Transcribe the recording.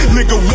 Nigga